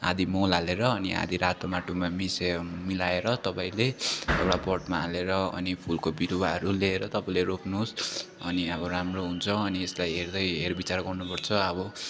आधी मल हालेर अनि आधी रातो माटोमा मिसो मिलाएर तपाईँले एउटा पटमा हालेर अनि फुलको बिरुवाहरू ल्याएर तपाईँले रोप्नुहोस् अनि अब राम्रो हुन्छ अनि यसलाई हेर्दै हेरविचार गर्नुपर्छ अब